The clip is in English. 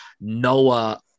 Noah